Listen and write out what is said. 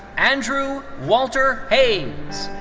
andrew walter hayes.